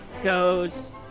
goes